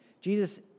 Jesus